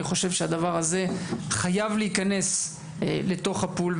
אני חושב שהדבר הזה חייב להיכנס לתוך הפול.